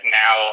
now